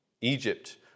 Egypt